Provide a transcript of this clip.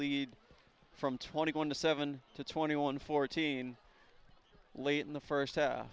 lead from twenty one to seven to twenty one fourteen late in the first